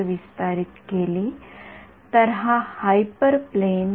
माझ्याकडे कमी नमुने असलेला डेटा आहे आणि मला असे काहीतरी हवे आहे जे उपाय पुनर्प्राप्त करू शकेल